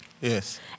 Yes